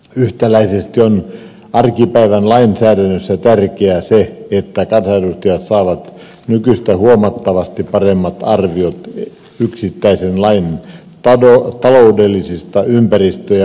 yhtäläisesti on arkipäivän lainsäädännössä tärkeää se että kansanedustajat saavat nykyistä huomattavasti paremmat arviot yksittäisen lain taloudellisista ympäristö ja yritysvaikutuksista